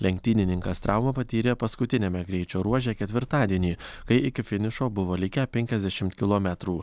lenktynininkas traumą patyrė paskutiniame greičio ruože ketvirtadienį kai iki finišo buvo likę penkiasdešimt kilometrų